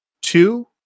Two